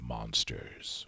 Monsters